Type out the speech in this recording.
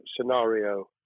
scenario